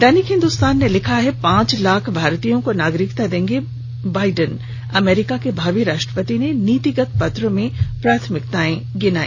दैनिक हिन्दुस्तान ने लिखा है पांच लाख भारतीयों को नागरिकता देंगे बाइडेन अमेरिका के भावी राष्ट्रपति ने नीतिगत पत्र में प्राथमिकताएं गिनाई